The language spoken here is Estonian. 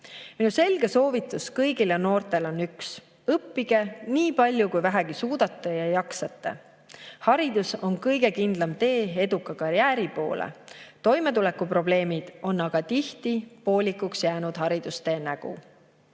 Minu selge soovitus kõigile noortele on üks: õppige nii palju, kui vähegi suudate ja jaksate. Haridus on kõige kindlam tee eduka karjääri poole. Toimetulekuprobleemid on aga tihti poolikuks jäänud haridustee nägu.